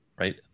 right